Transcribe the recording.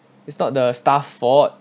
it's not the staff fault